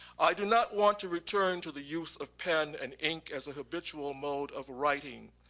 i do not want to return to the use of pen and ink as a habitual mode of writing.